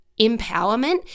empowerment